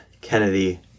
Kennedy